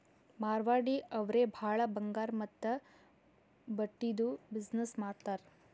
ಮಾರ್ವಾಡಿ ಅವ್ರೆ ಭಾಳ ಬಂಗಾರ್ ಮತ್ತ ಬಟ್ಟಿದು ಬಿಸಿನ್ನೆಸ್ ಮಾಡ್ತಾರ್